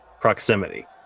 proximity